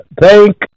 Thank